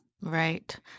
Right